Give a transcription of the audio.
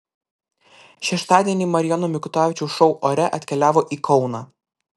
šeštadienį marijono mikutavičiaus šou ore atkeliavo į kauną